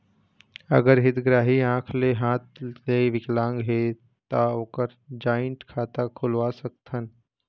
अगर हितग्राही आंख ले हाथ ले विकलांग हे ता ओकर जॉइंट खाता खुलवा सकथन?